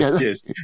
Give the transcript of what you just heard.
yes